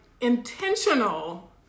intentional